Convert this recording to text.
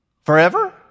Forever